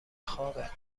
خوابه